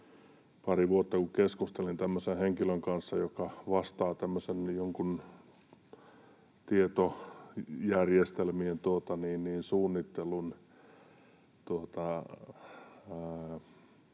pari vuotta, kun keskustelin henkilön kanssa, joka vastaa joidenkin tämmöisten